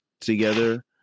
together